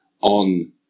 on